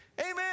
Amen